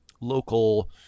local